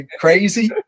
crazy